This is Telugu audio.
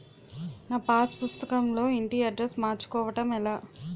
నా పాస్ పుస్తకం లో ఇంటి అడ్రెస్స్ మార్చుకోవటం ఎలా?